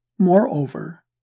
Moreover